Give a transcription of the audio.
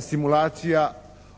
simulacija na